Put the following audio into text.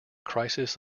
crisis